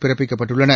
பிறப்பிக்கப்பட்டுள்ளன